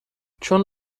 چون